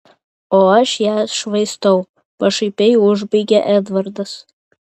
o aš ją švaistau pašaipiai užbaigė edvardas